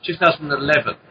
2011